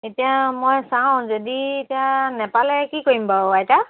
এতিয়া মই চাওঁ যদি এতিয়া নেপালে কি কৰিম বাৰু আইতা